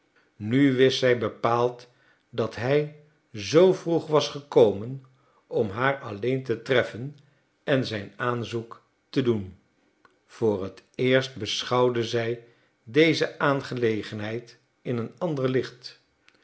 nu wist zij bepaald dat hij zoo vroeg was gekomen om haar alleen te treffen en zijn aanzoek te doen voor het eerst beschouwde zij deze aangelegenheid in een ander licht